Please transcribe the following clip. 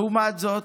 לעומת זאת,